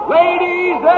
ladies